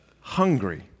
hungry